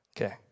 Okay